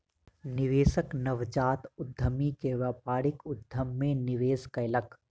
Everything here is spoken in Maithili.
निवेशक नवजात उद्यमी के व्यापारिक उद्यम मे निवेश कयलक